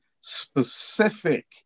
specific